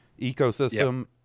ecosystem